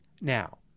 now